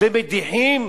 ומדיחים